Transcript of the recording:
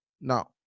Now